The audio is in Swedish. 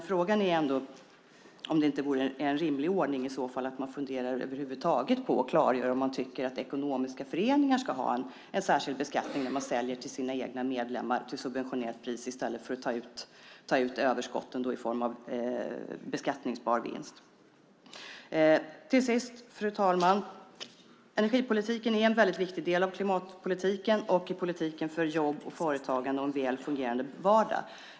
Vore det inte en rimlig ordning att över huvud taget fundera över att klargöra om ekonomiska föreningar ska ha en särskild beskattning när man säljer till sina egna medlemmar till subventionerat pris i stället för att ta ut överskott i form av beskattningsbar vinst? Fru talman! Energipolitiken är en viktig del av klimatpolitiken, politiken för jobb och företagande samt för en väl fungerande vardag.